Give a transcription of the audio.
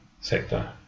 sector